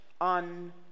on